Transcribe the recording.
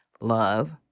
love